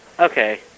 Okay